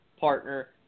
partner